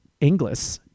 english